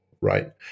right